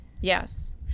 yes